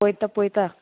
पयता पयता